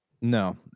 No